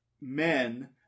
men